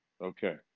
Okay